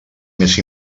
més